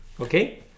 okay